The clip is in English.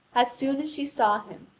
as soon as she saw him,